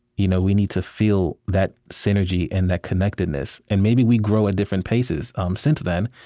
you know we need to feel that synergy and that connectedness. and maybe we grow at different paces um since then,